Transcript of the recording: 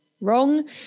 wrong